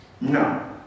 no